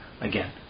again